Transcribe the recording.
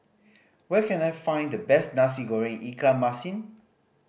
where can I find the best Nasi Goreng ikan masin